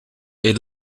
est